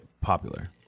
popular